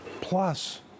Plus